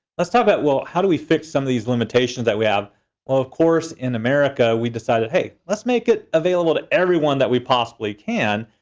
let's talk about well how do we fix some of these limitations that we have? well of course in america we decided hey, let's make it available to everyone that we possibly can.